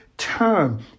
term